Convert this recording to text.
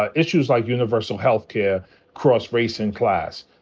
ah issues like universal health care cross race and class.